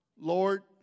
Lord